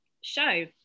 show